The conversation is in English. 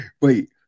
Wait